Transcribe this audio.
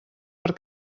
per